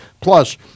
Plus